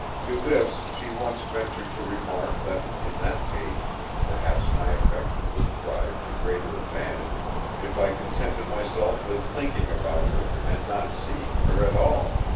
to this she once ventured to remark that in that case perhaps my affection would thrive to greater advantage if i contented myself with thinking about her and not seeing her at all,